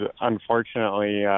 unfortunately